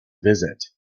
visit